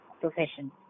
profession